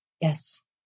Yes